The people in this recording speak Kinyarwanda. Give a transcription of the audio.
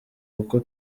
kuko